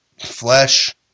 Flesh